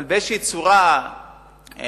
אבל באיזו צורה אולי